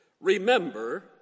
Remember